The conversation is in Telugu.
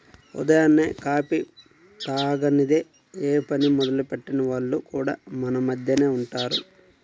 ఉదయాన్నే కాఫీ తాగనిదె యే పని మొదలెట్టని వాళ్లు కూడా మన మద్దెనే ఉంటారు